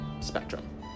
spectrum